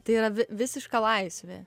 tai yra vi visiška laisvė